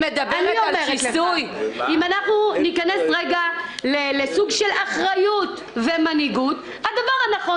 אם נכנס רגע לסוג של אחריות ומנהיגות הדבר הנכון